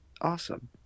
Awesome